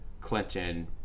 Clinton